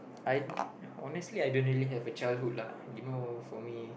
I honestly I didn't really have a childhood lah you know for me